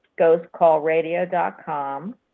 ghostcallradio.com